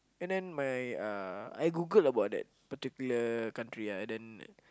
and then my uh I Googled about that particular country ah and then